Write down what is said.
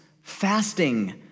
fasting